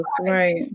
right